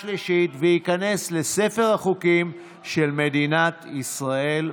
ואני מציע להעביר את הנושא לעבודה ורווחה.